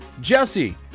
Jesse